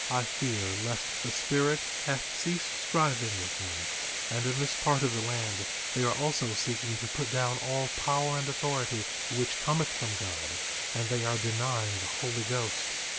i fear lest the spirit hath ceased striving with them and in this part of the land they are also seeking to put down all power and authority which cometh from god and they are denying the holy ghost.